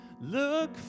look